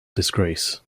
disgrace